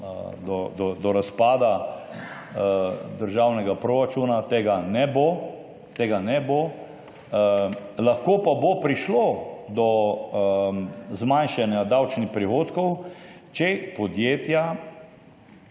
do razpada državnega proračuna. Tega ne bo. Tega ne bo. Lahko pa bo prišlo do zmanjšanja davčnih prihodkov, če podjetja,